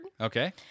Okay